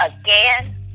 again